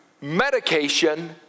medication